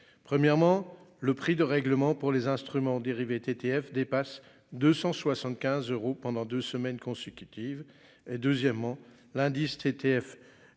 premièrement le prix de règlement pour les instruments dérivés TTF dépasse 275 euros pendant deux semaines consécutives. Deuxièmement, l'indice TTF